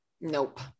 Nope